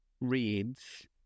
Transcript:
reads